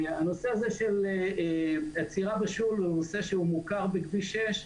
הנושא של עצירה בשול הוא נושא מוכר בכביש 6,